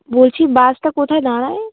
বলছি বাসটা কোথায় দাঁড়ায়